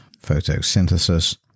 photosynthesis